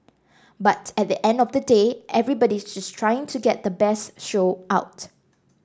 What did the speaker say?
but at the end of the day everybody's just trying to get the best show out